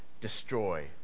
destroy